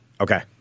Okay